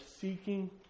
seeking